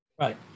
Right